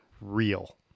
real